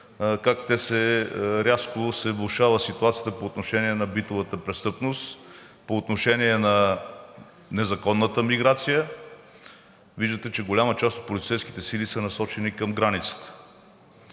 как рязко се влошава ситуацията по отношение на битовата престъпност, по отношение на незаконната миграция – виждате, че голяма част от полицейските сили са насочени към границата.